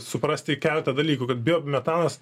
suprasti keletą dalykų kad biometanas